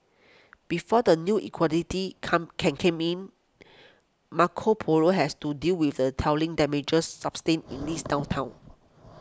before the new equality come can come in Marco Polo has to deal with the telling damages sustained in this downturn